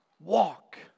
Walk